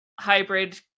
hybrid